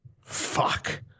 Fuck